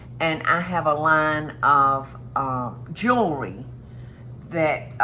and i have a line of jewelry that